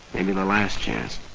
maybe the last chance.